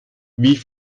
wie